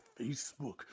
Facebook